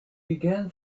began